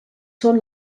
són